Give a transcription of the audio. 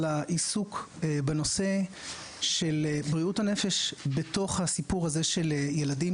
על העיסוק בנושא של בריאות הנפש בתוך הסיפור הזה של ילדים,